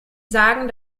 sagen